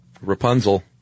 Rapunzel